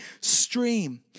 stream